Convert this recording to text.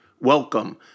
Welcome